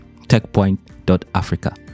techpoint.africa